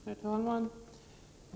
Herr talman!